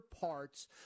parts